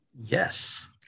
Yes